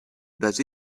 does